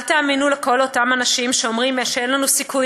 אל תאמינו לכל אותם אנשים שאומרים שאין לנו סיכוי